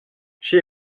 she